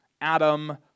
Adam